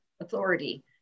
authority